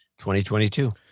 2022